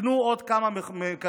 תיקנו עוד כמה כבאיות,